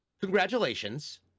Congratulations